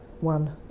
one